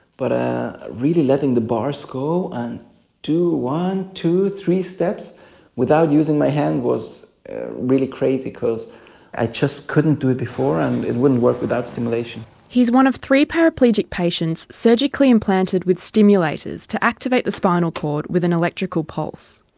but ah really letting the bars go and, one, two, three steps without using my hands was really crazy because i just couldn't do it before and it wouldn't work without stimulation. he is one of three paraplegic patients surgically implanted with stimulators to activate the spinal cord with an electrical pulse.